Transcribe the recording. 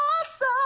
Awesome